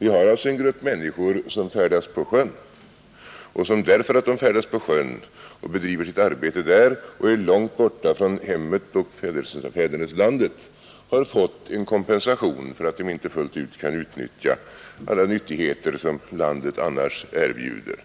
Vi har alltså här en grupp människor som färdas på sjön och som därför att de bedriver sitt arbete långt borta från hemmet och fäderneslandet har fått en kompensation för att de inte fullt ut kan begagna sig av alla de nyttigheter som landet annars erbjuder.